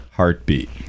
heartbeat